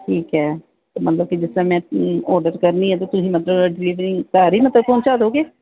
ਠੀਕ ਹੈ ਮਤਲਬ ਕਿ ਜਿਸ ਤਰ੍ਹਾਂ ਮੈਂ ਆਰਡਰ ਕਰਨੀ ਹੈ ਅਤੇ ਤੁਸੀਂ ਮਤਲਬ ਡਿਲੀਵਰੀ ਘਰ ਹੀ ਮਤਲਬ ਪਹੁੰਚਾ ਦੋਗੇ